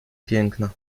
piękna